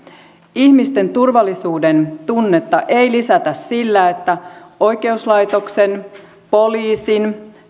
ihmisten turvallisuudentunnetta ei lisätä sillä että oikeuslaitoksen poliisin